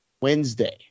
Wednesday